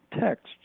texts